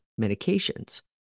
medications